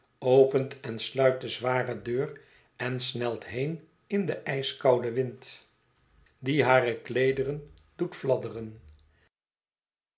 opent en sluit de zware deur en snelt heen in den ijskouden wind die hare ideederen doet